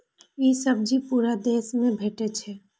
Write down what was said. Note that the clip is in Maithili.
ई सब्जी पूरा देश मे भेटै छै